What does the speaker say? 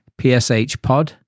PSHpod